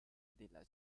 della